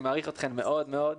אני מעריך אתכן מאוד מאוד.